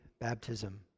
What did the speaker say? baptism